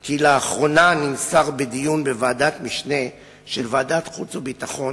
כי לאחרונה נמסר בדיון בוועדת משנה של ועדת חוץ וביטחון,